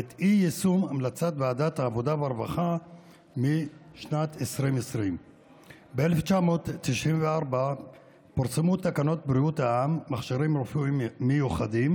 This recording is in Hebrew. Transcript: ואת אי-יישום המלצת ועדת העבודה והרווחה משנת 2020. ב-1994 פורסמו תקנות בריאות העם (מכשירים רפואיים מיוחדים)